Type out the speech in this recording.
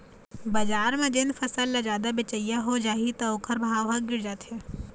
बजार म जेन फसल ल जादा बेचइया हो जाही त ओखर भाव ह गिर जाथे